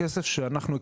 הכסף שאנחנו הקצנו.